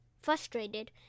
Frustrated